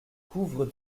couvre